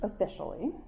officially